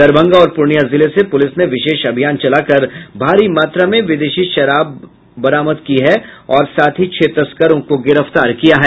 दरभंगा और पूर्णियां जिले से पुलिस ने विशेष अभियान चलाकर भारी मात्रा में विदेशी शराब के साथ छह तस्करों को गिरफ्तार किया है